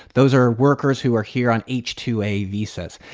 those are workers who are here on h two a visas.